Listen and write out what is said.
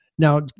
Now